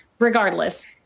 regardless